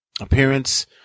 appearance